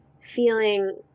feeling